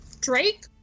Drake